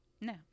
no